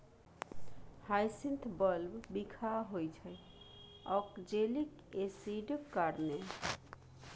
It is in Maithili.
हाइसिंथ बल्ब बिखाह होइ छै आक्जेलिक एसिडक कारणेँ